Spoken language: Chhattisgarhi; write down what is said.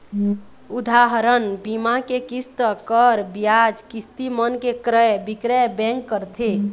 उदाहरन, बीमा के किस्त, कर, बियाज, किस्ती मन के क्रय बिक्रय बेंक करथे